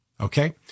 Okay